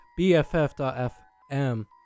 BFF.FM